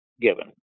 given